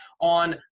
on